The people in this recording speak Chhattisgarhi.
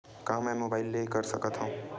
का मै मोबाइल ले कर सकत हव?